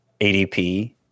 ADP